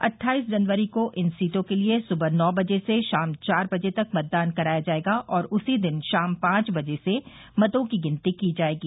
अट्ठाईस जनवरी को इन सीटों के लिये सुबह नौ बजे से शाम चार बजे तक मतदान कराया जायेगा और उसी दिन पांच बजे से मतों की गिनती की जायेगी